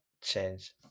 change